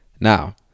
Now